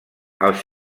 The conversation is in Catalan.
els